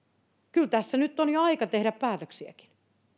kyllä tässä nyt on jo aika tehdä päätöksiäkin